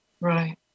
Right